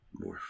morph